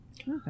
okay